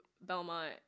Belmont